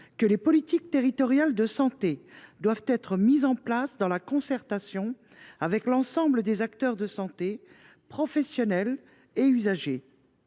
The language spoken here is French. que les politiques territoriales de santé doivent être élaborées en concertation avec l’ensemble des acteurs de santé, professionnels et usagers.